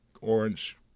orange